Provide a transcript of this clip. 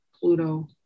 Pluto